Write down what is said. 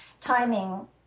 timing